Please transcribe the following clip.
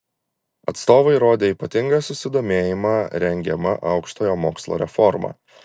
atstovai rodė ypatingą susidomėjimą rengiama aukštojo mokslo reforma